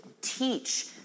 teach